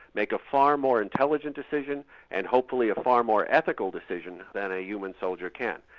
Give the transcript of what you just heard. make a far more intelligent decision and hopefully a far more ethical decision than a human soldier can.